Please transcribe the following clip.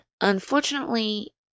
Unfortunately